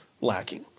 lacking